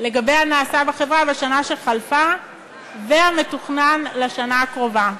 לגבי מה שנעשה בחברה בשנה שחלפה והמתוכנן לשנה הקרובה.